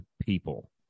people